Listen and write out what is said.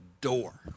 door